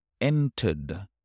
entered